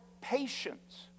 patience